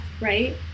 right